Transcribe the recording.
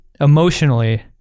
emotionally